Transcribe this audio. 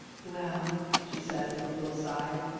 well, she said with a little sigh,